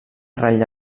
ratlla